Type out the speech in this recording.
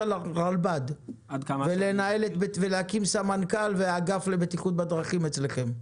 הרלב"ד ולהקים סמנכ"ל ואגף לבטיחות בדרכים אצלכם?